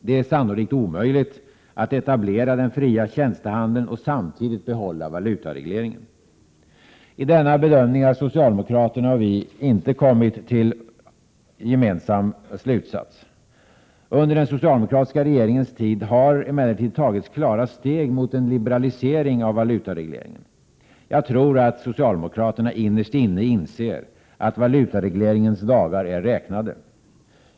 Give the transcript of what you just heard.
Det är sannolikt omöjligt att etablera den fria tjänstehandeln och samtidigt behålla valutaregleringen. I denna bedömning har socialdemokraterna och vi inte kommit till samma slutsatser. Under den socialdemokratiska regeringens tid har det emellertid tagits klara steg mot en liberalisering av valutaregleringen. Jag tror att socialdemokraterna innerst inne inser att valutaregleringens dagar är räknade.